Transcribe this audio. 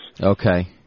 Okay